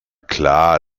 klar